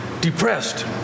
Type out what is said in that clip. depressed